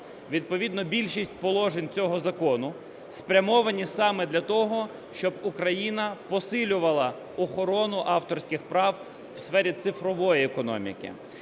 Відповідно більшість положень цього закону спрямовані саме для того, щоб Україна посилювала охорону авторських прав в сфері цифрової економіки.